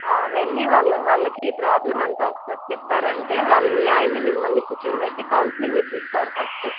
వెళ్ళి వాళ్ళ వాళ్ళకి ఈ ప్రాబ్లం అంతా ఒకసారి చెప్పారంటే వాళ్ళు మీ ఆయనను మిమ్మల్ని కూర్చోపెట్టి కౌన్సిలింగ్ ఇస్తారు ఫస్ట్